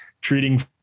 treating